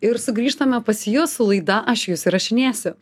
ir sugrįžtame pas jus su laida aš jus įrašinėsiu